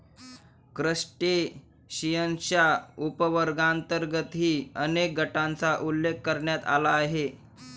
क्रस्टेशियन्सच्या उपवर्गांतर्गतही अनेक गटांचा उल्लेख करण्यात आला आहे